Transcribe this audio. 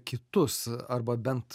kitus arba bent